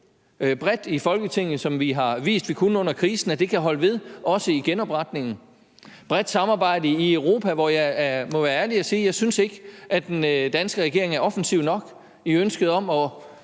bredt i Folketinget, som vi har vist at vi kunne under krisen, og at det kan holde ved, også i genopretningen, et bredt samarbejde i Europa, hvor jeg må være ærlig og sige, at jeg ikke synes, at den danske regering er offensiv nok i ønsket – man